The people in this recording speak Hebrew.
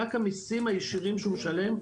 רק המיסים הישירים שהוא משלם,